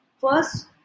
First